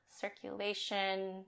circulation